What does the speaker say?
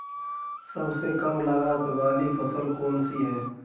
सबसे कम लागत वाली फसल कौन सी है?